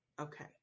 Okay